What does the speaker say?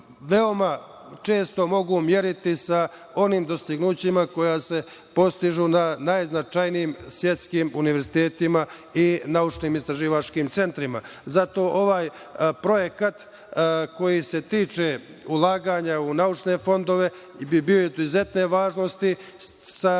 se često mogu meriti sa onim dostignućima koja se postižu na najznačajniji svetski univerzitetima i naučno-istraživačkim centrima. Zato ovaj projekat, koji se tiče ulaganja u naučne fondove, bi bio od izuzetne važnosti sa